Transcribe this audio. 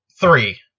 three